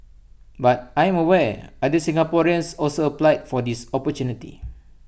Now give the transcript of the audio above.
but I'm aware other Singaporeans also applied for this opportunity